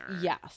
Yes